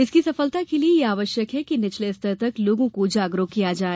इसकी सफलता के लिये यह आवश्यक है कि निचले स्तर तक लोगों को जागरूक किया जाए